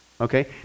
Okay